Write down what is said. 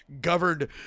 governed